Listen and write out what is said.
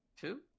two